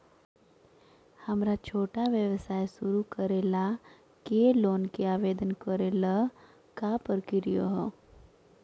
हमरा छोटा व्यवसाय शुरू करे ला के लोन के आवेदन करे ल का प्रक्रिया हई?